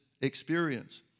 experience